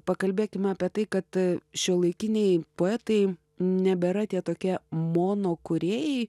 pakalbėkime apie tai kad šiuolaikiniai poetai nebėra tie tokie monokūrėjai